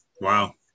Wow